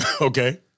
Okay